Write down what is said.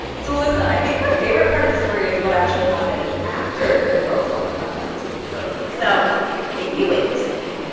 so, elissa, i think my favorite part of the story is what actually happened after the girls won the contest totally. so if you win this thing,